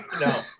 No